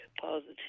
positive